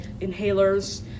inhalers